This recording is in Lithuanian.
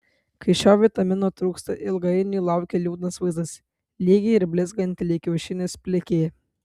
kai šio vitamino trūksta ilgainiui laukia liūdnas vaizdas lygi ir blizganti lyg kiaušinis plikė